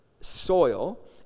soil